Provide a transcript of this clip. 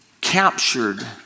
captured